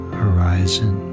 horizon